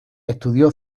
estudió